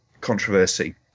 controversy